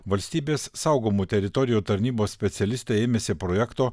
valstybės saugomų teritorijų tarnybos specialistai ėmėsi projekto